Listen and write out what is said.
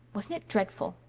wasn't it dreadful?